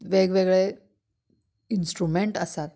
वेगवेगळे इंस्ट्रूमेंट्स आसात